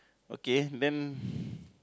okay then